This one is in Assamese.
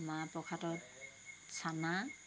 মাহ প্ৰসাদত চানা